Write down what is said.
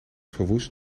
verwoest